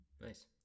nice